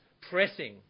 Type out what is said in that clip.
pressing